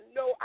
no